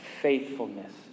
faithfulness